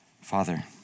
Father